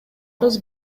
арыз